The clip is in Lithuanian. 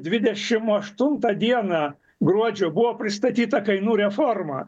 dvidešim aštuntą dieną gruodžio buvo pristatyta kainų reforma